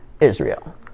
Israel